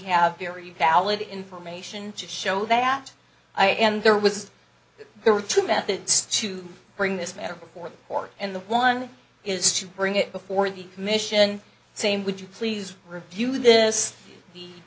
have very valid information to show that i and there was there were two methods to bring this matter before court and the one is to bring it before the commission same would you please review this the